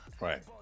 Right